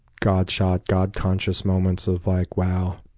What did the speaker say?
god-shot, god-conscious moments of, like wow,